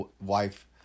wife